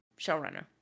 showrunner